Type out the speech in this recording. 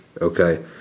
okay